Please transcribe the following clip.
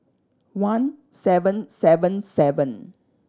one seven seven seven